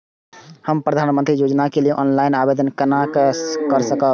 हम प्रधानमंत्री योजना के लिए ऑनलाइन आवेदन केना कर सकब?